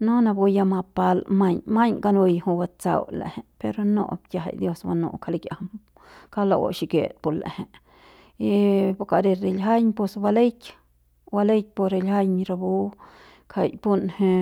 No napu ya mapal maiñ maiñ kanui jui batsau l'eje per nu'up kiajai dios banu'u ngja likiajam kauk la'u xikit pu l'eje y pu kari riljiaiñ pus baleik baleik pu riljiaiñ y rapu ngjau punje